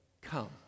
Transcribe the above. Come